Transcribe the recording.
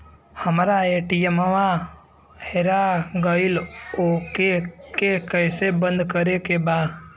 हमरा ए.टी.एम वा हेरा गइल ओ के के कैसे बंद करे के बा?